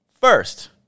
First